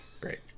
Great